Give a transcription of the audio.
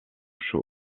chaud